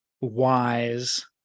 wise